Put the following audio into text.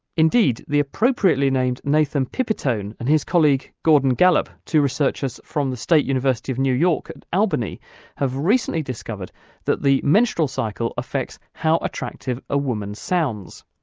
indeed, the appropriately named nathan pipitone and his colleague gordon gallup, two researchers from the state university of new york at albany have recently discovered that the menstrual cycle affects how attractive a woman sounds.